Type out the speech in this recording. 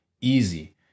easy